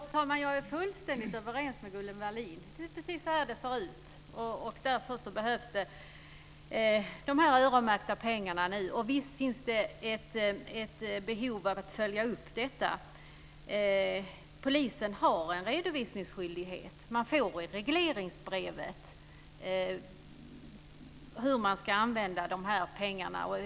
Fru talman! Jag är fullständigt överens med Gunnel Wallin. Det är precis så här det ser ut. Därför behövs de här öronmärkta pengarna nu. Visst finns det ett behov av att följa upp detta. Polisen har en redovisningsskyldighet. Man får i regleringsbrevet reda på hur man ska använda de här pengarna.